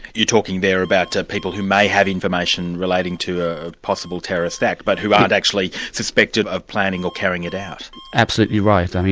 you're talking there about people who may have information relating to a possible terrorist act, but who aren't actually suspected of planning or carrying it out. absolutely right.